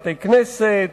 בתי-כנסת,